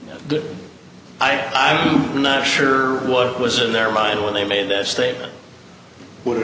the i'm not sure what was in their mind when they made that statement would have